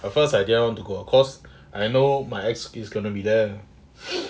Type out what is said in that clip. at first I didn't want to go cause I know my ex is gonna be there